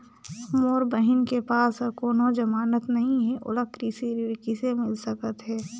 मोर बहिन के पास ह कोनो जमानत नहीं हे, ओला कृषि ऋण किसे मिल सकत हे?